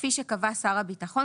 כפי שקבע שר הביטחון,